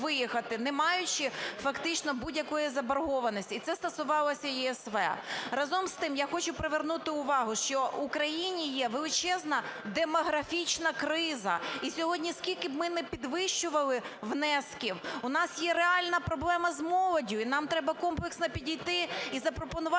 не маючи фактично будь-якої заборгованості, і це стосувалося ЄСВ. Разом з тим, я хочу привернути увагу, що в Україні є величезна демографічна криза. І сьогодні скільки б ми не підвищували внески, в нас є реальна проблема з молоддю, і нам треба комплексно підійти і запропонувати